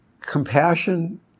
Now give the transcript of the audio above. Compassion